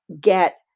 get